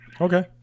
Okay